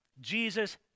Jesus